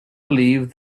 believed